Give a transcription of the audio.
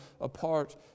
apart